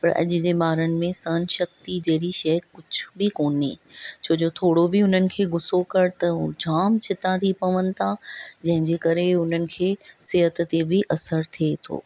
पर अॼु जे ॿारनि में सहन शक्ति जहिड़ी शइ कुझु बि कोन्हे छो जो थोरो बि उन्हनि खे गुसो कर त उहे जाम छिता थी पवनि था जंहिंजे करे हुननि खे सेहत ते बि असरु थिये थो